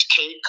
cake